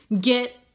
get